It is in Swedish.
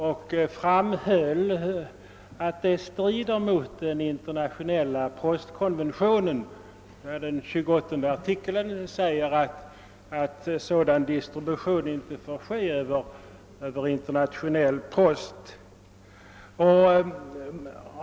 Dylik export strider, framhölls det, mot den internationella postkonventionen, vars 28 artikel säger att sådan distribution inte får ske över internationell post.